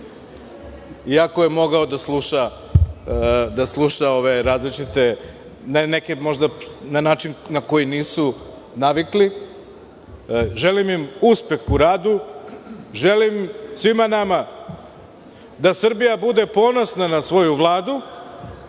iako je mogao da sluša ove različite, neke na način na koji nisu navikli. Želim im uspeh u radu. Želim svima tama da Srbija bude ponosna na svoju Vladu,